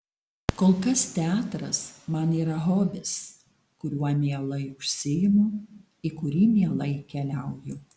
kol kas teatras man yra hobis kuriuo mielai užsiimu į kurį mielai keliauju